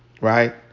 right